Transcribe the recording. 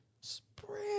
spread